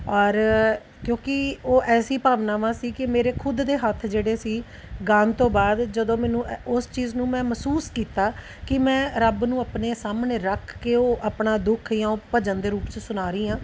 ਔਰ ਕਿਉਂਕਿ ਉਹ ਐਸੀ ਭਾਵਨਾਵਾਂ ਸੀ ਕਿ ਮੇਰੇ ਖੁਦ ਦੇ ਹੱਥ ਜਿਹੜੇ ਸੀ ਗਾਉਣ ਤੋਂ ਬਾਅਦ ਜਦੋਂ ਮੈਨੂੰ ਉਸ ਚੀਜ਼ ਨੂੰ ਮੈਂ ਮਹਿਸੂਸ ਕੀਤਾ ਕਿ ਮੈਂ ਰੱਬ ਨੂੰ ਆਪਣੇ ਸਾਹਮਣੇ ਰੱਖ ਕੇ ਉਹ ਆਪਣਾ ਦੁੱਖ ਜਾਂ ਉਹ ਭਜਨ ਦੇ ਰੂਪ 'ਚ ਸੁਣਾ ਰਹੀ ਹਾਂ